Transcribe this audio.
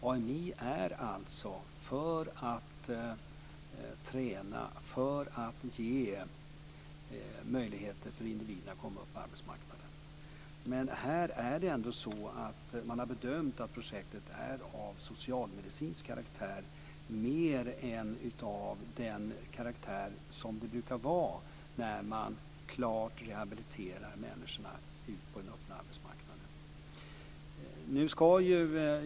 AMI är alltså till för att träna och för att ge möjligheter för individer att komma ut på arbetsmarknaden. Men här har man bedömt att projektet mer är av socialmedicinsk karaktär än av den karaktär som det brukar vara fråga om när man klart rehabiliterar människor ut på den öppna arbetsmarknaden.